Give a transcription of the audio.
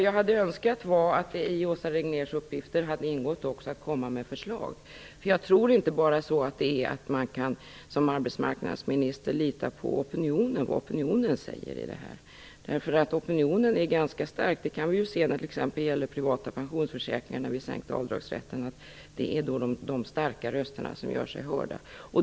Jag hade önskat att det i Åsa Regnérs uppgifter också skulle ha ingått att komma med förslag. Jag tror inte att man bara kan göra som arbetsmarknadsministern säger och lita till vad opinionen säger. Opinionen är ganska stark. Det har vi fått se när det gäller privata pensionsförsäkringar och när vi sänkte avdragsrätten. De starka rösterna gör sig hörda.